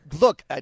Look